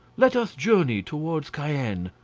let us journey towards cayenne.